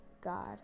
god